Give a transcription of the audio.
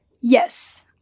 Yes